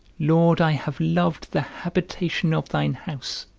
lord, i have loved the habitation of thine house,